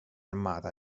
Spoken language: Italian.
armata